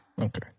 Okay